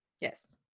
yes